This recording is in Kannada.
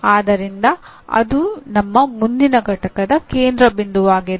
ಆದ್ದರಿಂದ ಅದು ನಮ್ಮ ಮುಂದಿನಪಠ್ಯದ ಕೇಂದ್ರಬಿಂದುವಾಗಿದೆ